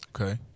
okay